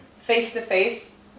face-to-face